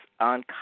on